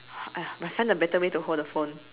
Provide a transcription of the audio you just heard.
!aiya! must find a better way to hold the phone